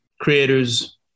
Creators